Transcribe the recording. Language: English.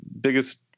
biggest